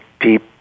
deep